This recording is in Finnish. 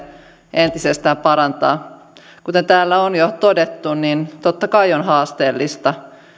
entisestään parantaa kuten täällä on jo todettu niin totta kai on haasteellista